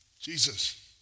Jesus